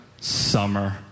summer